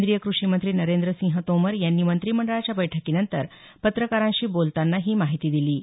केंद्रीय कृषी मंत्री नरेंद्र सिंह तोमर यांनी मंत्रिमंडळाच्या बैठकीनंतर पत्रकारांशी बोलताना ही माहिती दिली